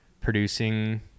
producing